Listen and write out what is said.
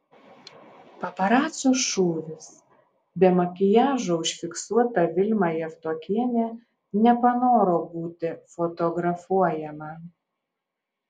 paparacio šūvis be makiažo užfiksuota vilma javtokienė nepanoro būti fotografuojama